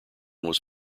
was